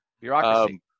Bureaucracy